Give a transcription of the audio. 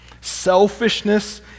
selfishness